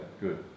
good